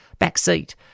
backseat